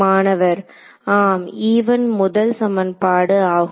மாணவர் ஆம் முதல் சமன்பாடு ஆகும்